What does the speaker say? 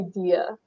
idea